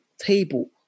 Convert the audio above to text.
table